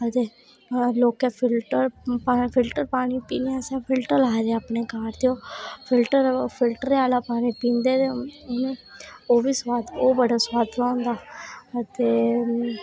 अते लोकें फिल्टर पानी पीने आस्तै फिल्टर लाए दे अपने घरें फिल्टर आह्ला पानी पींदे ओह् बी सुआद ओह् बड़ा सुआदला होंदा ते